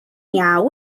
iawn